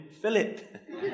Philip